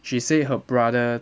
she said her brother